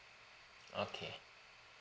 okay